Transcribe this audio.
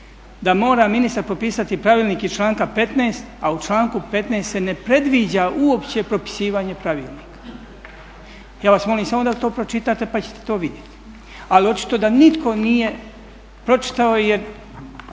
da mora ministar propisati pravilnik iz članka 15., a u članku 15. se ne predviđa uopće propisivanje pravilnika. Ja vas molim samo da to pročitate pa ćete to vidjeti. Ali očito da nitko nije pročitao jer